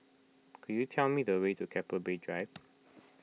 could you tell me the way to Keppel Bay Drive